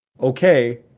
Okay